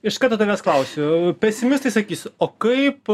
iš karto tavęs klausiu pesimistai sakys o kaip